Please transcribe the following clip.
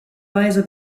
weise